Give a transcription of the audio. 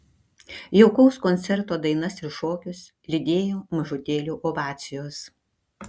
jaukaus koncerto dainas ir šokius lydėjo mažutėlių ovacijos